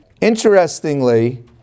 Interestingly